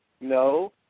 no